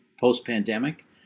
post-pandemic